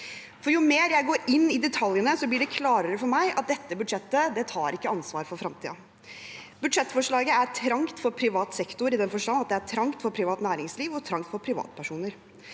Jo mer jeg går inn i detaljene, jo klarere blir det for meg at dette budsjettet ikke tar ansvar for fremtiden. Budsjettforslaget er trangt for privat sektor i den forstand at det er trangt for privat næringsliv og for privatpersoner.